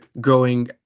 growing